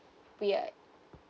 weird